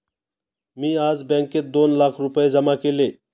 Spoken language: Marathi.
मी आज बँकेत दोन लाख रुपये जमा केले